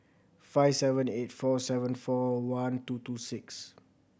five seven eight four seven four one two two six